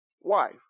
Wife